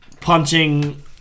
punching